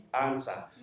answer